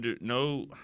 no